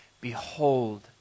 Behold